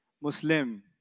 Muslim